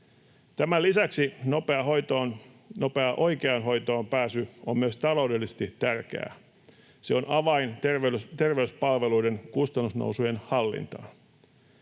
Tämän lisäksi nopea oikeaan hoitoon pääsy on myös taloudellisesti tärkeää. Se on avain terveyspalveluiden kustannusnousujen hallintaan.